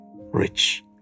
rich